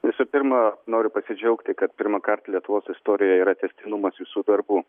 visų pirma noriu pasidžiaugti kad pirmąkart lietuvos istorijoje yra tęstinumas visų darbų